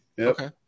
Okay